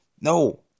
No